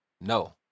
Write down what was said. No